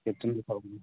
ᱠᱮᱯᱴᱮᱱᱮ ᱥᱟᱵ ᱟᱠᱟᱫᱟ